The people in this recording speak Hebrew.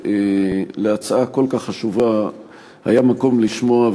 להצעה כל כך חשובה היה מקום לשמוע,